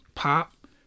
pop